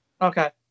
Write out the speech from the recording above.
Okay